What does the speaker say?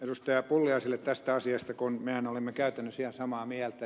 pulliaiselle tästä asiasta kun mehän olemme käytännössä ihan samaa mieltä